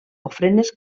ofrenes